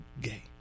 gay